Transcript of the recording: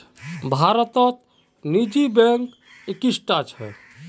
भारतत निजी बैंक इक्कीसटा छ